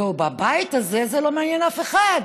ובבית הזה זה לא מעניין אף אחד.